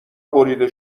بریده